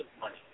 money